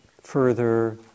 further